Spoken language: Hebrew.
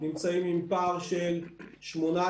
נמצאים עם פער של 18%,